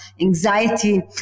anxiety